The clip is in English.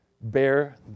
bear